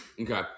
Okay